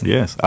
Yes